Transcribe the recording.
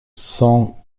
sans